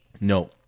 No